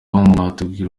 mwatubwira